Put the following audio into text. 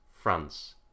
France